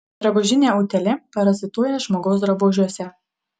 drabužinė utėlė parazituoja žmogaus drabužiuose